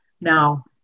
Now